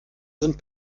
sind